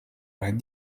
vingt